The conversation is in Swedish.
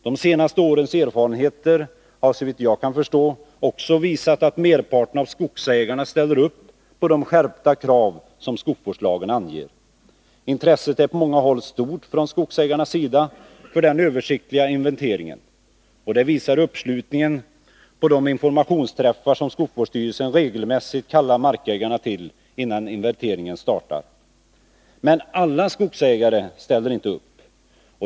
De senaste årens erfarenheter har, såvitt jag kan förstå, visat att merparten av skogsägarna ställer upp bakom de skärpta krav som skogsvårdslagen anger. Intresset är på många håll stort från skogsägarnas sida för den översiktliga inventeringen. Det visar uppslutningen på de informationsträffar som skogsvårdsstyrelsen regelmässigt kallar markägarna till, innan inventeringen startar. Men alla skogsägare ställer inte upp.